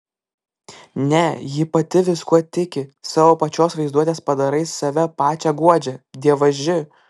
ne ji pati viskuo tiki savo pačios vaizduotės padarais save pačią guodžia dievaži